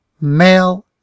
male